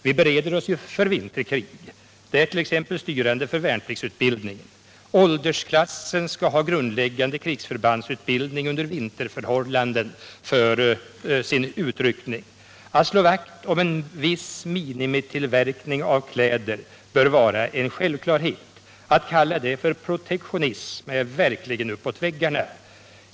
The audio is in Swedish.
Vi bereder ju oss också för vinterkrig — det är t.ex. styrande för värnpliktsutbildningen: varje åldersklass skall ha grundläggande krigsförbandsutbildning under vinterförhållanden före utryckning 141 en. Att slå vakt om en viss minimitillverkning av kläder bör vara en självklarhet. Att kalla det för protektionism är uppåt väggarna.